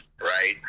right